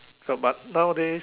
so but nowadays